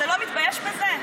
אתה לא מתבייש בזה?